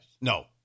No